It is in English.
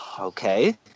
Okay